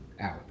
out